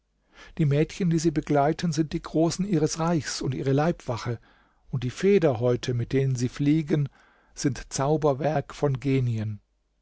die mädchen die sie begleiten sind die großen ihres reichs und ihre leibwache und die federhäute mit denen sie fliegen sind zauberwerk von genien